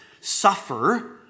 suffer